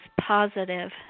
positive